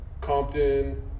Compton